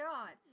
God